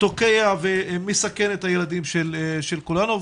תוקע ומסכן את הילדים של כולנו.